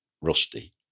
rusty